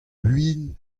win